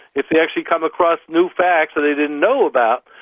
if they actually come across new facts that they didn't know about,